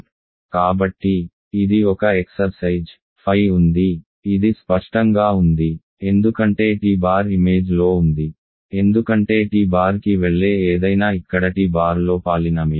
కాబట్టి ఇది ఒక ఎక్సర్సైజ్ ఫై ఉంది ఇది స్పష్టంగా ఉంది ఎందుకంటే t బార్ ఇమేజ్లో ఉంది ఎందుకంటే t బార్కి వెళ్లే ఏదైనా ఇక్కడ t బార్లో పాలినామియల్